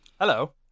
Hello